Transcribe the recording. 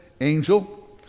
angel